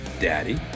daddy